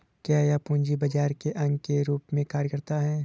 क्या यह पूंजी बाजार के अंग के रूप में कार्य करता है?